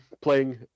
playing